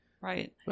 right